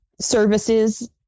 services